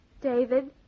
David